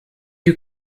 you